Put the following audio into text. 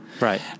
Right